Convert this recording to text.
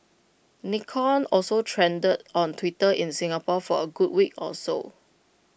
Nikon also trended on Twitter in Singapore for A good week or so